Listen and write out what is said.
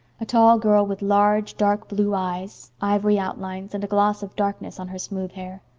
a tall girl, with large dark-blue eyes, ivory outlines, and a gloss of darkness on her smooth hair.